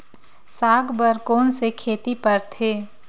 साग बर कोन से खेती परथे?